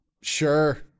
Sure